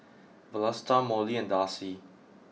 Vlasta Mollie and Darci